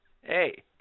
Hey